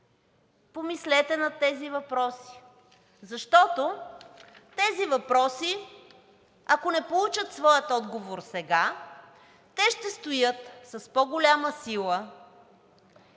Помислете над тези въпроси, защото тези въпроси, ако не получат своя отговор сега, те ще стоят с по-голяма сила